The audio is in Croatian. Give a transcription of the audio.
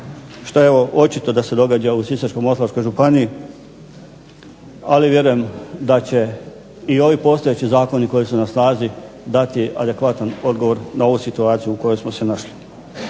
šta je ovo očito da se događa u Sisačko-moslavačkoj županiji. Ali vjerujem da će i ovi postojeći zakoni koji su na snazi dati adekvatan odgovor na ovu situaciju u kojoj smo se našli.